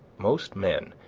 most men,